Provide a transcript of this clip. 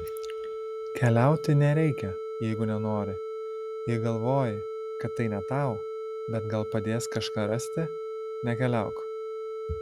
keliauti nereikia jeigu nenori jei galvoji kad tai ne tau bet gal padės kažką rasti nekeliauk